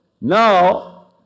now